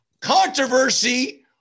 Controversy